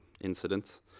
incidents